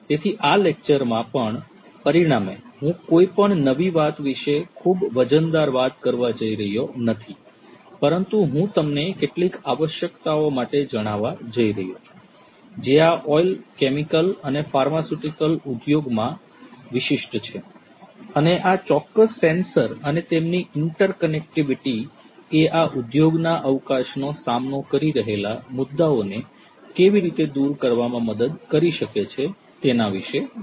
તેથી આ લેકચરમાં પણ પરિણામે હું કોઈ પણ નવી વાત વિશે ખુબ વજનદાર વાત કરવા જઈ રહ્યો નથી પરંતુ હું તમને કેટલીક આવશ્યકતાઓ માટે જણાવા જઈ રહ્યો છું જે આ ઓઇલ કેમિકલ અને ફાર્માસ્યુટિકલ ઉદ્યોગ માટે વિશિષ્ટ છે અને આ ચોક્કસ સેન્સર અને તેમની ઇન્ટરકનેક્ટિવિટી એ આ ઉદ્યોગના અવકાશનો સામનો કરી રહેલા મુદ્દાઓને કેવી રીતે દૂર કરવામાં મદદ કરી શકે તેના વિષે છે